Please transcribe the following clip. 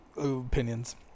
opinions